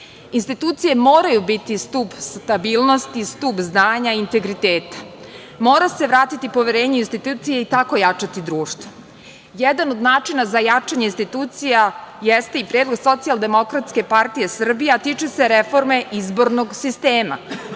institucije. Institucije moraju biti stub stabilnosti, stub znanja, integriteta. Mora se vratiti poverenje u institucije i tako jačati društvo. Jedan od načina za jačanje institucija jeste i predlog SDPS, a tiče se reforme izbornog sistema.